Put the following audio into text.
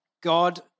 God